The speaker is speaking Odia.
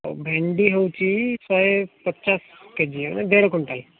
ଭେଣ୍ଡି ହେଉଛି ଶହେ ପଚାଶ କେଜି ଦେଢ଼ କ୍ୱିଣ୍ଟାଲ